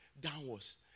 downwards